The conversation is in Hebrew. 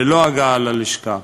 ללא הגעה ללשכה.